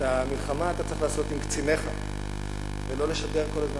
את המלחמה אתה צריך לעשות עם קציניך ולא לשדר כל הזמן